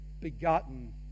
begotten